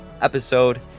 episode